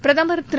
பிரதமர் திரு